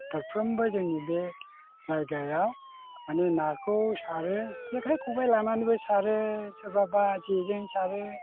फारफ्रोमबो जोंनि बे जायगायाव माने नाखौ सारो जेखाइ खबाय लानानैबो सारो सोरबाबा जेजों सारो